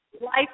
life